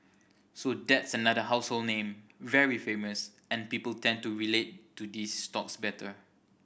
so that's another household name very famous and people tend to relate to these stocks better